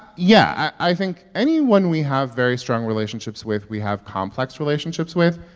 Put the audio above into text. yeah, i think anyone we have very strong relationships with, we have complex relationships with.